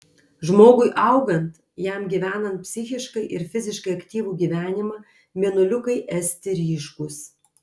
žmogui augant jam gyvenant psichiškai ir fiziškai aktyvų gyvenimą mėnuliukai esti ryškūs